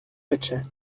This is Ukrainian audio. пече